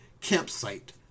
campsite